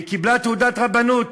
היא קיבלה תעודת רבנות.